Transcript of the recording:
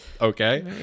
Okay